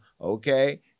okay